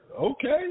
Okay